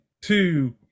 two